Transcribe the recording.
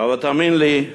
אבל תאמין לי,